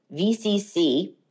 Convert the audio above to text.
VCC